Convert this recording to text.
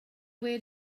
where